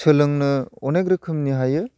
सोलोंनो अनेक रोखोमनि हायो